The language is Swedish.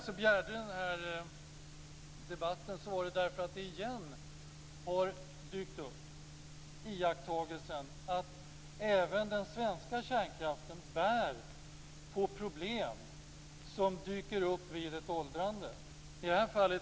Vi begärde den här debatten därför att vi återigen har gjort iakttagelsen att även den svenska kärnkraften har de problem som dyker upp vid ett åldrande.